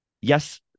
yes